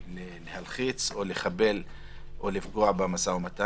להלחיץ או לחבל או לפגוע במשא ומתן.